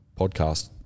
podcast